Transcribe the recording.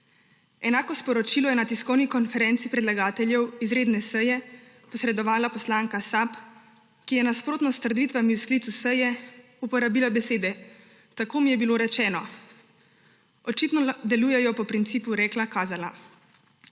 Enako sporočilo je na tiskovni konferenci predlagateljev izredne seje posredovala poslanka SAB, ki je nasprotno s trditvami v sklicu seje uporabila besede: »tako mi je bilo rečeno,« očitno delujejo po principu rekla, kazala.